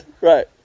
Right